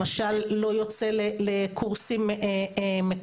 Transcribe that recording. ששוטר למשל לא יוצא לקורסים מקדמים,